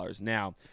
Now